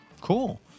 Cool